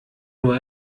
nur